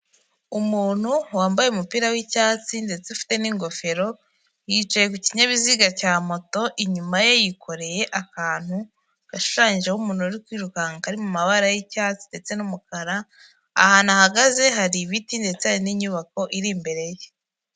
Umuntu wambaye umupira w'icyatsi ndetse ufite n'ingofero, yicaye ku kinyabiziga cya moto, inyuma ye yikoreye akantu gashushanyijeho umuntu uri kwirukanka kari mu mabara y'icyatsi ndetse n'umukara, ahantu ahagaze hari ibiti ndetse hari n'inyubako iri imbere ye.